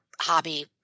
hobby